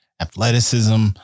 athleticism